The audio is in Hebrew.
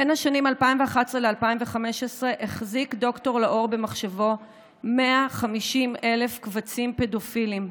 בין השנים 2011 ל-2015 החזיק ד"ר לאור במחשבו 150,000 קבצים פדופיליים,